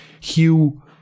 Hugh